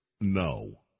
no